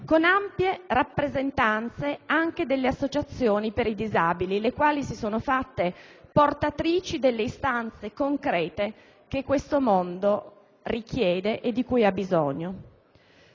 con ampie rappresentanze anche delle associazioni per i disabili, le quali si sono fatte portatrici delle istanze concrete che questo mondo richiede e di cui ha bisogno.